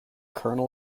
colonel